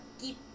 Keep